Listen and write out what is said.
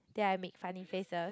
then I make funny faces